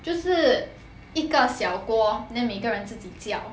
就是一个小锅 then 每个人自己叫